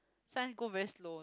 science go very slow lor